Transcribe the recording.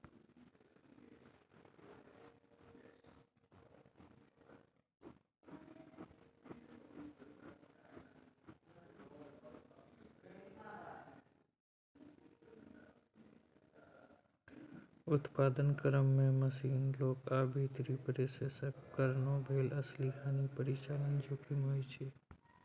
उत्पादन क्रम मे मशीन, लोक आ भीतरी प्रोसेसक कारणेँ भेल असली हानि परिचालन जोखिम कहाइ छै